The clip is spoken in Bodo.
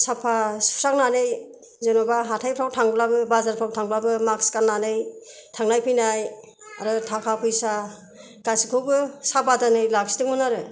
साफा सुस्रांनानै जेन'बा हाथायफ्राव थांब्लाबो बाजारफ्राव थांब्लाबो मास्क गान्नानै थांनाय फैनाय आरो थाखा फैसा गासैखौबो साबादानै लाखिदोंमोन आरो